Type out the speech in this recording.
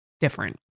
different